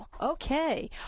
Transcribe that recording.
Okay